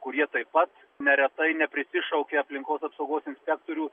kurie taip pat neretai neprisišaukia aplinkos apsaugos inspektorių